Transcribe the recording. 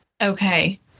Okay